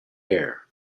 air